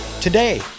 Today